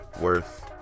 worth